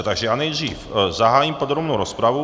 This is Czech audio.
Takže já nejdřív zahájím podrobnou rozpravu.